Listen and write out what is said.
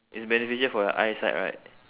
it's beneficial for your eyesight right